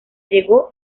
llegó